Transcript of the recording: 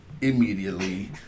immediately